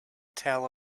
tell